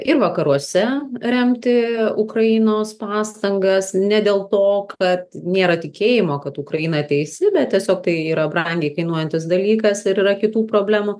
ir vakaruose remti ukrainos pastangas ne dėl to kad nėra tikėjimo kad ukraina teisi bet tiesiog tai yra brangiai kainuojantis dalykas ir yra kitų problemų